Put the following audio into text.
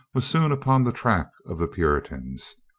was soon upon the track of the puritans.